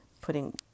putting